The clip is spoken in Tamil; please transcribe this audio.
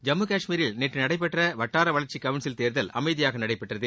ஜம்மு காஷ்மீரில் நேற்று நடைபெற்ற வட்டார வளர்ச்சி கவுன்சில் தேர்தல் அமைதியாக நடைபெற்றது